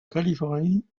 californie